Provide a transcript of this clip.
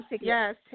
Yes